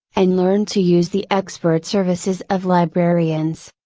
and learn to use the expert services of librarians.